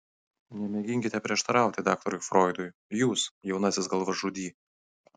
nemėginkite prieštarauti daktarui froidui jūs jaunasis galvažudy